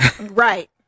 right